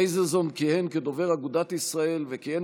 לייזרזון כיהן כדובר אגודת ישראל וכיהן